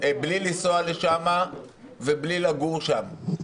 בלי לנסוע לשם ובלי לגור שם.